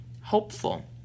hopeful